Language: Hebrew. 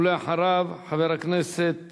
ואחריו, חבר הכנסת